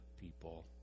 people